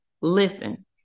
Listen